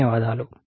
ధన్యవాదాలు